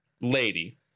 lady